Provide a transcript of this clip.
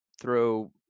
throw